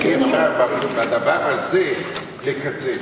ואי-אפשר בדבר הזה לקצץ.